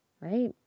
right